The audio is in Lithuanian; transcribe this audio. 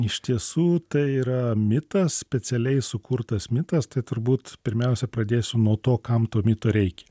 iš tiesų tai yra mitas specialiai sukurtas mitas tai turbūt pirmiausia pradėsiu nuo to kam to mito reikia